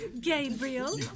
Gabriel